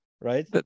right